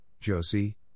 Josie